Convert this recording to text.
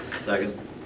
Second